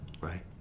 right